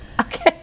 okay